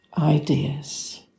ideas